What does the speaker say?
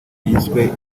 yiswe